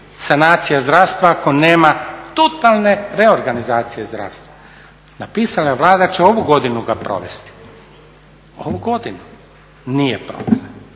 sanacija zdravstva ako nema totalne reorganizacije zdravstva. Napisala je Vlada će ovu godinu ga provesti, ovu godinu. Nije provela.